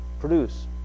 produce